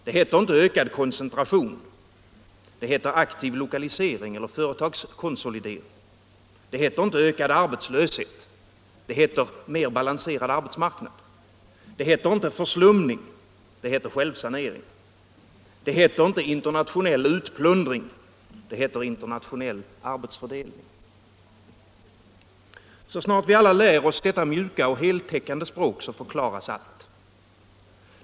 Det heter inte ökad koncentration, det heter aktiv lokalisering eller företagskonsolidering. Det heter inte ökad arbetslöshet, det heter mer balanserad arbetsmarknad. Det heter inte förslumning, det heter självsanering. Det heter inte internationell utplundring, det heter internationell arbetsfördelning. Så snart vi alla lär oss detta mjuka, heltäckande språk förklaras allt.